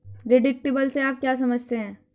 Deductible से आप क्या समझते हैं?